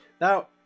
Now